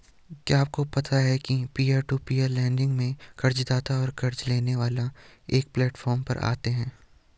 क्या आपको पता है पीयर टू पीयर लेंडिंग में कर्ज़दाता और क़र्ज़ लेने वाला एक प्लैटफॉर्म पर आते है?